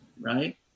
Right